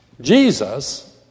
Jesus